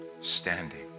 standing